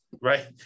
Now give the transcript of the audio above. right